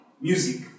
Music